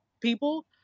people